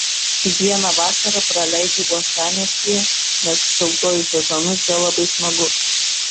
kiekvieną vasarą praleidžiu uostamiestyje nes šiltuoju sezonu čia labai smagu